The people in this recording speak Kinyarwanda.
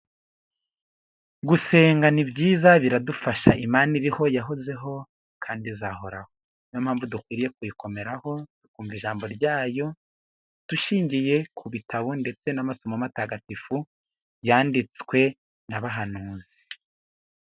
Gusenga ni byiza biradufasha, Imana iriho yahozeho kandi izahoraho. Niyo mpamvu dukwiriye kuyikomeraho tukumva ijambo ryayo dushingiye ku bitabo ndetse n'amasomo matagatifu yanditswe n'abahanuzi.